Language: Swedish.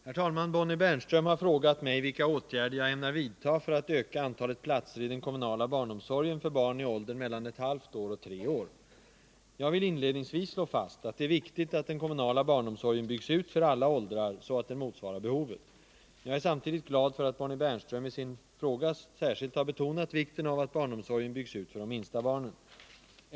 Herr talman! Bonnie Bernström har frågat mig vilka åtgärder jag ämnar vidta för att öka antalet platser i den kommunala barnomsorgen för barn i åldern mellan ett halvt år och tre år. Jag vill inledningsvis slå fast att det är viktigt att den kommunala barnomsorgen byggs ut för alla åldrar så att den motsvarar behovet. Men jag är samtidigt glad för att Bonnie Bernström i sin fråga speciellt betonat vikten av att barnomsorgen byggs ut för de minsta barnen.